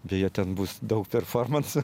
beje ten bus daug performansų